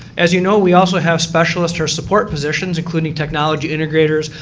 as you know we also have specialists or support positions including technology integrators,